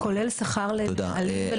תודה.